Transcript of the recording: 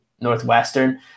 Northwestern